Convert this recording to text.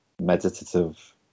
meditative